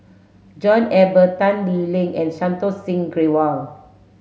John Eber Tan Lee Leng and Santokh Singh Grewal